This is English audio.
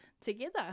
together